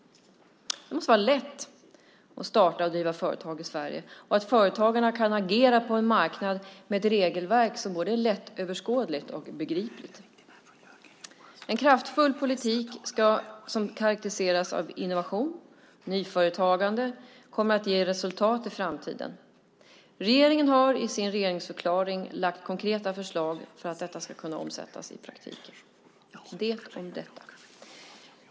Det måste vara lätt att starta och driva företag i Sverige, så att företagarna kan agera på en marknad med ett regelverk som både är lättöverskådligt och begripligt. En kraftfull politik som karakteriseras av innovation och nyföretagande kommer att ge resultat i framtiden. Regeringen har i sin regeringsförklaring lagt fram konkreta förslag för att detta ska kunna omsättas i praktiken. Det om detta.